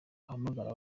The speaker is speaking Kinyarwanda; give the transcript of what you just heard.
bahamagara